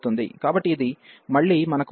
కాబట్టి ఇది మళ్ళీ మనకు ఇక్కడ n≥1 ఉంది